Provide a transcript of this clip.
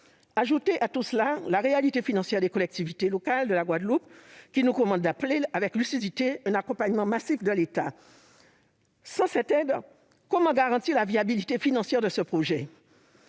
Ajoutez à cela la réalité financière des collectivités locales de la Guadeloupe, qui nous commande d'appeler, avec lucidité, à un accompagnement massif de l'État. Sans cette aide, comment garantir la viabilité financière de ce projet,